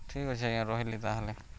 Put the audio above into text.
ଠିକ୍ ଅଛେ ଆଜ୍ଞ ରହେଲି ତା'ହେଲେ